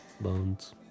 bones